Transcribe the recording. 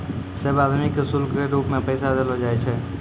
सब आदमी के शुल्क के रूप मे पैसा देलो जाय छै